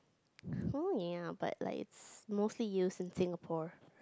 oh ya but like it's mostly used in Singapore